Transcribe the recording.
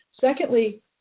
Secondly